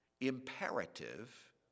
imperative